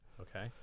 Okay